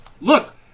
Look